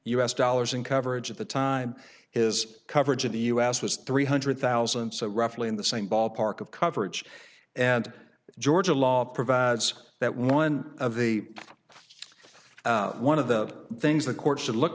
us dollars in coverage at the time his coverage of the us was three hundred thousand so roughly in the same ballpark of coverage and georgia law provides that one of the one of the things the courts should look